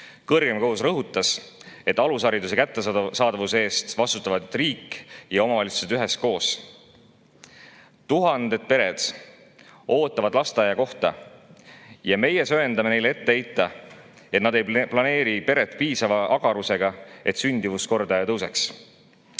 Kõrgeim kohus rõhutas, et alushariduse kättesaadavuse eest vastutavad riik ja omavalitsused üheskoos. Tuhanded pered ootavad lasteaiakohta ja meie söandame neile ette heita, et nad ei planeeri peret piisava agarusega, et sündimuskordaja tõuseks.